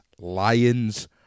lion's